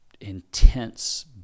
intense